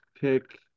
pick